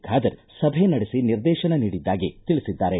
ಖಾದರ್ ಸಭೆ ನಡೆಸಿ ನಿರ್ದೇತನ ನೀಡಿದ್ದಾಗಿ ತಿಳಿಸಿದ್ದಾರೆ